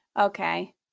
okay